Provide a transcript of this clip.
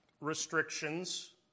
restrictions